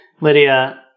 Lydia